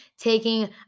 taking